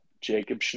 Jacob